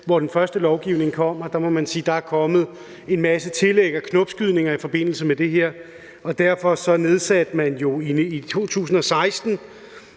hvor den første lovgivning kom, og der må man sige, at der er kommet en masse tillæg og knopskydninger i forbindelse med det her. Og derfor nedsatte man jo i 2016